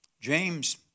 James